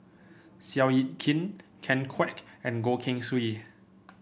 Seow Yit Kin Ken Kwek and Goh Keng Swee